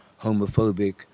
homophobic